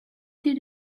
did